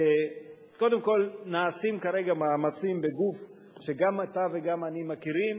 קודם כול נעשים כרגע מאמצים בגוף שגם אתה וגם אני מכירים,